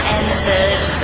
entered